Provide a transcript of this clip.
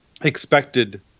expected